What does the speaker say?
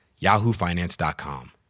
yahoofinance.com